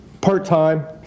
part-time